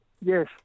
Yes